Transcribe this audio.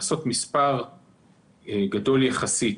לעשות ספר גדול יחסית